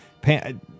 pan